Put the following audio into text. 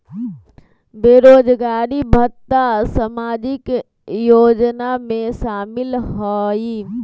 बेरोजगारी भत्ता सामाजिक योजना में शामिल ह ई?